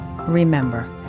Remember